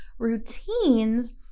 routines